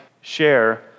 share